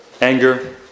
anger